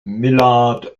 millard